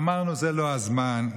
אמרנו: זה לא הזמן,